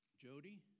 Jody